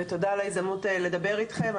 ותודה על ההזדמנות לדבר איתכם.